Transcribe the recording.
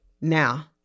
now